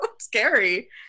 scary